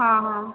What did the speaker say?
हाँ हाँ